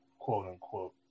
quote-unquote